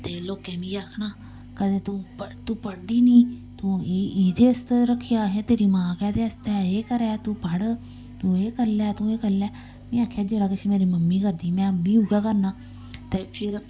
ते लोकें मिगी आखना कदें तूं तूं पढ़दी निं तूं ई एह्दे आस्तै रक्खेआ असें तेरी मां कैह्दे आस्तै एह् करै कर तूं पढ़ तूं एह् करी लै तूं एह् करी लै में आखेआ जेह्ड़ा किश मेरी मम्मी करदी में बी उ'ऐ करना ते फिर